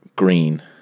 green